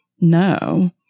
No